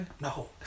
No